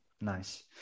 nice